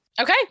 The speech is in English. Okay